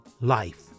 life